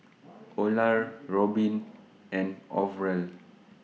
Olar Robin and Orval